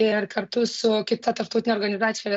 ir kartu su kita tarptautine organizacija